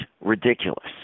ridiculous